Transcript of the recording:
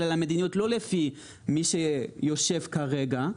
על המדיניות לא לפי מי שיושב כרגע,